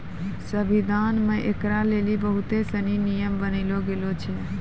संविधान मे ऐकरा लेली बहुत सनी नियम बनैलो गेलो छै